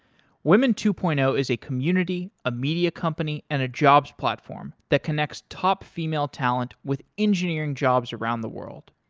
women two point zero is a community, a media company and a jobs platform that connects top female talent with engineering jobs around the world.